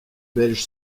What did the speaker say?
belge